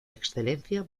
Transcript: excelencia